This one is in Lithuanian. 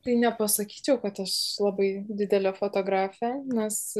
tai nepasakyčiau kad aš labai didelė fotografė nes